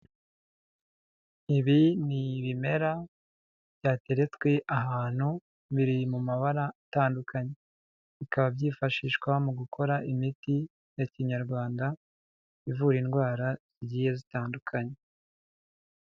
Ibi ni ibimera byateretswe ahantu, biri mu mabara atandukanye, bikaba byifashishwa mu gukora imiti ya Kinyarwanda, ivura indwara zigiye zitandukanye.